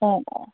ꯑꯣ ꯑꯣ